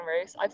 race